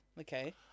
okay